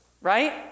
right